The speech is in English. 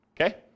Okay